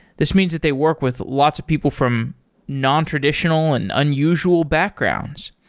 this means that they work with lots of people from nontraditional and unusual backgrounds.